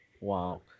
Wow